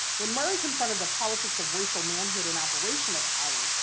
when murray confronted the politics of racial manhood in operation at howard,